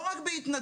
לא רק בהתנדבות.